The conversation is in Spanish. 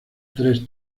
tres